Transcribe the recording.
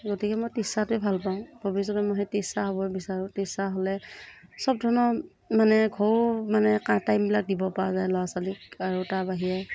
গতিকে মই টিচাৰটোৱে ভাল পাওঁ ভৱিষ্যতে মই সেই টিচাৰ হ'বই বিচাৰোঁ টিচাৰ হ'লে চব ধৰণৰ মানে ঘৰো মানে কাৰ টাইমবিলাক দিব পৰা যায় ল'ৰা ছোৱালীক আৰু তাৰ বাহিৰে